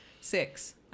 six